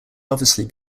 obviously